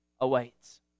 awaits